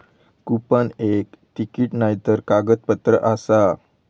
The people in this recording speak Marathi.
कुपन एक तिकीट नायतर कागदपत्र आसा